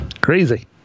Crazy